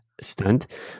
stunt